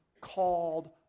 called